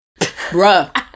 Bruh